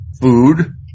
Food